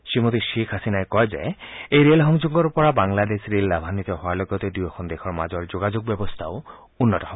শ্বেইখ হাছিনাই কয় যে এই ৰে'লসংযোগৰ পৰা বাংলাদেশ ৰে'ল লাভাঘ্বিত হোৱাৰ লগতে দূয়োখন দেশৰ মাজত যোগাযোগ ব্যৱস্থাও উন্নত হয়